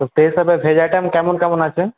তো সেই হিসাবে ভেজ আইটেম কেমন কেমন আছে